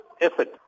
effort